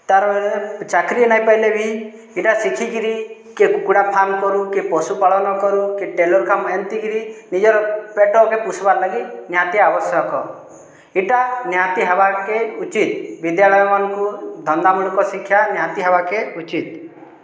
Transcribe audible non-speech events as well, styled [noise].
ତାର [unintelligible] ଚାକିରି ନାଇଁ ପାଏଲେ ବି ଇଟା ଶିଖିକିରି କିଏ କୁକୁଡ଼ା ଫାର୍ମ୍ କରୁ କିଏ ପଶୁପାଳନ କରୁ କିଏ ଟେଲର୍ କାମ୍ ଏନ୍ତି କରି ନିଜର୍ ପେଟକେ ପୁସ୍ବାର୍ଲାଗି ନିହାତି ଆବଶ୍ୟକ ଇଟା ନିହାତି ହେବାକେ ଉଚିତ୍ ବିଦ୍ୟାଳୟମାନ୍କୁ ଧନ୍ଦାମୂଳକ ଶିକ୍ଷା ନିହାତି ହେବାକେ ଉଚିତ୍